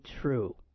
true